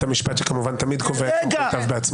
בית המשפט שכמובן תמיד קובע את סמכויותיו בעצמו.